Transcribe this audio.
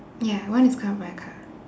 ya one is covered by a car